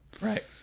Right